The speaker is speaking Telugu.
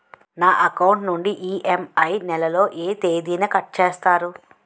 నా అకౌంట్ నుండి ఇ.ఎం.ఐ నెల లో ఏ తేదీన కట్ చేస్తారు?